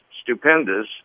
stupendous